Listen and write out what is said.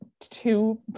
two